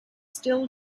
still